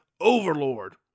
Overlord